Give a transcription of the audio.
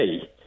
hey